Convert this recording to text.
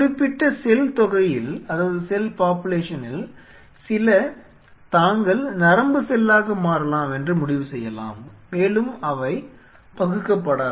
குறிப்பிட்ட செல் தொகையில் சில தாங்கள் நரம்பு செல்லாக மாறலாம் என்று முடிவு செய்யலாம் மற்றும் மேலும் அவை பகுக்கப்படாது